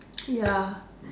ya